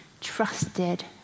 trusted